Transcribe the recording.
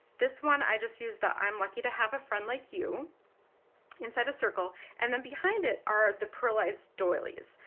this one i just used that i'm lucky to have a friend like you inside a circle and then behind it are the pearlized doilies.